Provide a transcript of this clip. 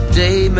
day